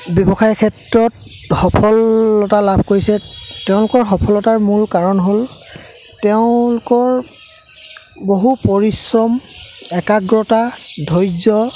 ব্যৱসায় ক্ষেত্ৰত সফলতা লাভ কৰিছে তেওঁলোকৰ সফলতাৰ মূল কাৰণ হ'ল তেওঁলোকৰ বহু পৰিশ্ৰম একাগ্ৰতা ধৈৰ্য